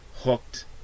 hooked